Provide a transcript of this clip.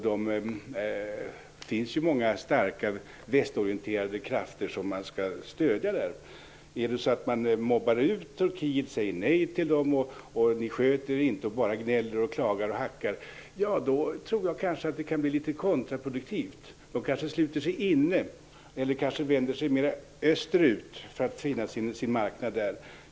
Det finns många starka, västorienterade krafter som man skall stödja. Mobbar man ut Turkiet, säger nej till det, säger att det inte sköter sig utan bara gnäller, klagar och hackar tror jag att det kan bli litet kontraproduktivt. Det kanske sluter sig inne eller vänder sig mer österut för att finna sin marknad där.